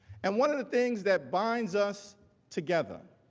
and one of the things that binds us together,